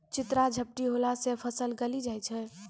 चित्रा झपटी होला से फसल गली जाय छै?